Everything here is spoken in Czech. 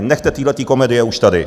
Nechte téhleté komedie už tady.